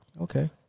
Okay